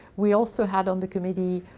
we also had, on the committee,